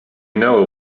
know